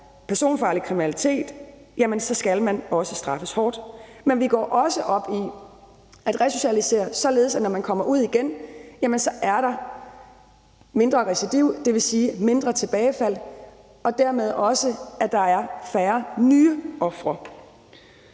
personfarlig kriminalitet, jamen så skal man også straffes hårdt. Men vi går også op i at resocialisere, således at når man kommer ud igen, er der mindre recidiv, dvs. mindre tilbagefald, og dermed også færre nye ofre.